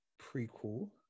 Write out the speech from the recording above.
prequel